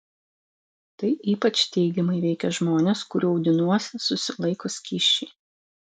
tai ypač teigiamai veikia žmones kurių audiniuose susilaiko skysčiai